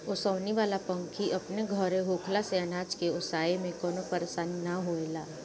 ओसवनी वाला पंखी अपन घरे होखला से अनाज के ओसाए में कवनो परेशानी ना होएला